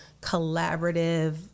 collaborative